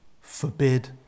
forbid